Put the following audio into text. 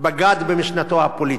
בגד במשנתו הפוליטית,